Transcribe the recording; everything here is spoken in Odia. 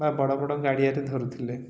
ବା ବଡ଼ ବଡ଼ ଗାଡ଼ିଆରେ ଧରୁଥିଲେ